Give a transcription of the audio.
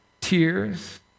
tears